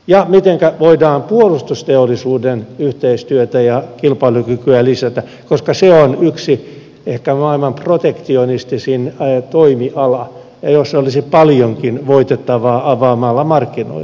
ja mitenkä voidaan puolustusteollisuuden yhteistyötä ja kilpailukykyä lisätä koska se on yksi ehkä maailman protektionistisin toimiala jossa olisi paljonkin voitettavaa avaamalla markkinoita